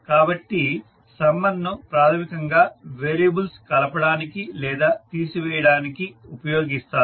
కాబట్టి సమ్మర్ ను ప్రాథమికంగా వేరియబుల్స్ కలపడానికి లేదా తీసివేయడానికి ఉపయోగిస్తారు